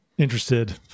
interested